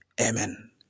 Amen